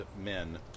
men